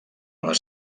les